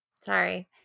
Sorry